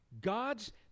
Gods